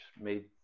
made